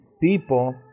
people